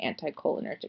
anticholinergic